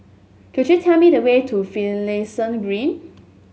could you tell me the way to Finlayson Green